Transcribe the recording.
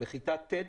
בכיתה ט',